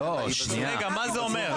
מה זה אומר?